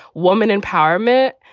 woman empowerment.